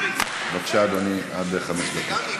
בבקשה, אדוני, עד חמש דקות.